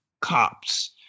cops